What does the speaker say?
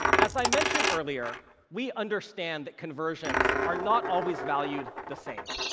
as i mentioned earlier, we understand that conversions are not always valued the same